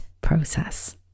process